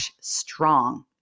Strong